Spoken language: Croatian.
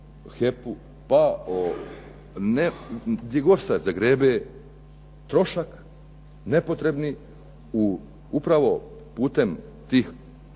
pa o, gdje god šta zagrebe trošak nepotrebni upravo putem tih,